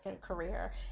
career